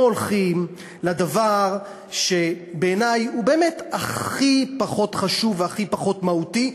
פה הולכים לדבר שבעיני הוא באמת הכי פחות חשוב והכי פחות מהותי,